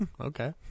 Okay